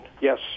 yes